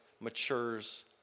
Matures